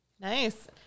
Nice